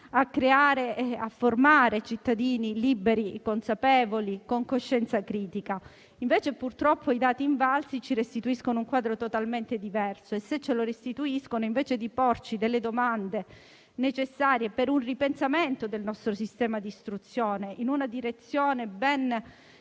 a creare e a formare cittadini liberi, consapevoli e dotati di coscienza critica. Purtroppo i dati Invalsi ci restituiscono, invece, un quadro totalmente diverso e se a fronte di ciò non ci porremo le domande necessarie per un ripensamento del nostro sistema di istruzione in una direzione ben